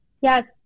Yes